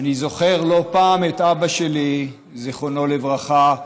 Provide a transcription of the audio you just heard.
אני זוכר לא פעם את אבא שלי, זכרו לברכה,